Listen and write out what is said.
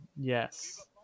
Yes